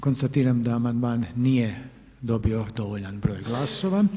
Konstatiram da amandman nije dobio dovoljan broj glasova.